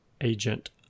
agent